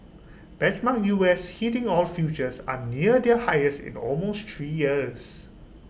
benchmark U S heating oil futures are near their highest in almost three years